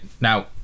now